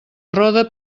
roda